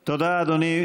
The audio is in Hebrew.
תודה, אדוני.